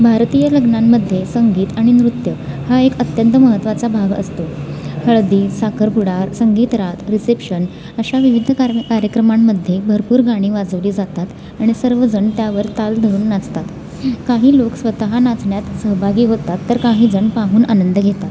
भारतीय लग्नांमध्ये संगीत आणि नृत्य हा एक अत्यंत महत्त्वाचा भाग असतो हळदी साखरपुडा संगीतरात रिसेप्शन अशा विविध कार कार्यक्रमांमध्ये भरपूर गाणी वाजवली जातात आणि सर्वजण त्यावर ताल धरून नाचतात काही लोक स्वतः नाचण्यात सहभागी होतात तर काहीजण पाहून आनंद घेतात